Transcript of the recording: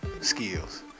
skills